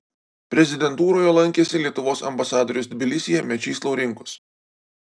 prezidentūroje lankėsi lietuvos ambasadorius tbilisyje mečys laurinkus